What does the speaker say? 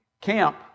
camp